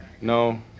No